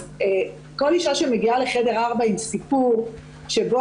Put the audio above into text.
כל אישה שמגיעה לחדר 4 עם סיפור שבו